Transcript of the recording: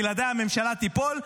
בלעדיי הממשלה תיפול,